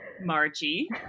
Margie